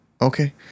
Okay